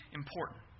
important